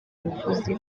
ubuvuzi